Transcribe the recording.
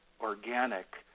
organic